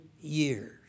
years